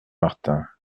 martin